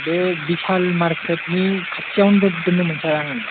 बे भिशाल मार्केटनि खाथियावनो दोनदोंमोन सार आङो